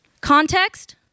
context